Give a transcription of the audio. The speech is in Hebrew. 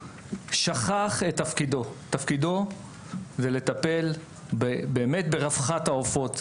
הווטרינר שכח את תפקידו לטפל ברווחת העופות.